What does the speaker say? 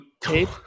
tape